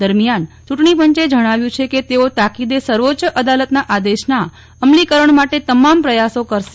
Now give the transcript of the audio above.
દરમિયાન ચૂંટણીપંચે જજ્ઞાવ્યું છે કે તેઓ તાકીદે સર્વોચ્ચ અદાલતના આદેશના અમલીકરણ માટે તમામ પ્રયાસો કરશે